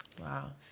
Wow